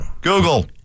Google